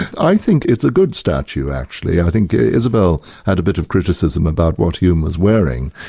i think it's a good statue actually. i think isabel had a bit of criticism about what hume was wearing,